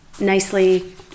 nicely